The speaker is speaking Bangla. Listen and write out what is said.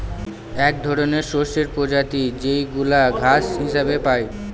এক ধরনের শস্যের প্রজাতি যেইগুলা ঘাস হিসেবে পাই